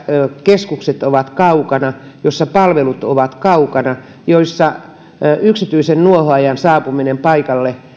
keskukset ovat kaukana joissa palvelut ovat kaukana ja joissa yksityisen nuohoojan saapuminen paikalle